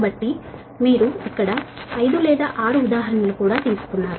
కాబట్టి మీరు ఇక్కడ 5 లేదా 6 ఉదాహరణలు కూడా తీసుకున్నారు